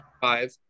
Five